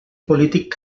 polític